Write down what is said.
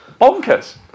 Bonkers